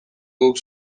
guk